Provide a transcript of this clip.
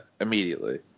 immediately